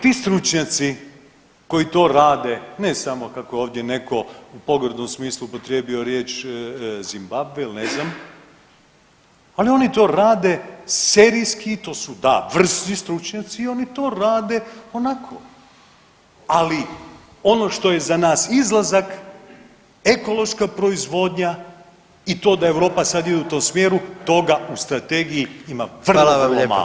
Ti stručnjaci koji to rade, ne samo kako je ovdje netko u pogrdnom smislu upotrijebio riječ Zimbabve ili ne znam, ali oni to rade serijski i to su da vrsni stručnjaci i oni to rade onako, ali ono što je za nas izlazak ekološka proizvodnja i to da Europa sad ide u tom smjeru, toga u strategiji ima vrlo malo,